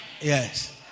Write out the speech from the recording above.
Yes